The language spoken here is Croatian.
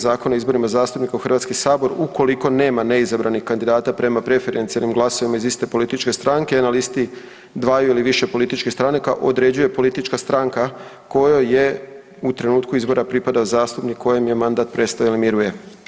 Zakona o izborima zastupnika za HS, ukoliko nema neizabranih kandidata prema preferencijalnim glasova iz iste političke stranke na listi dvaju ili više političkih stranaka, određuje politička stranka kojoj je u trenutku izbora pripadao zastupnik kojem je mandat prestao ili miruje.